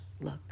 look